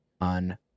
on